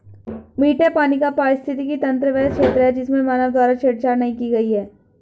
मीठे पानी का पारिस्थितिकी तंत्र वह क्षेत्र है जिसमें मानव द्वारा छेड़छाड़ नहीं की गई है